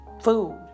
food